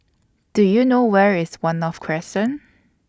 Do YOU know Where IS one North Crescent